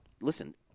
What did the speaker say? listen